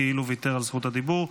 כאילו ויתר על זכות הדיבור.